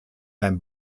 beim